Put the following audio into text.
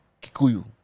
Kikuyu